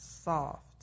soft